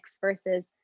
versus